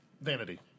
Vanity